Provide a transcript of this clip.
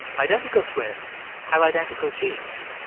identical twins have identical genes.